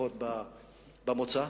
לפחות במוצא,